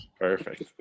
Perfect